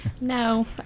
no